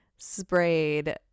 Sprayed